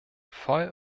voll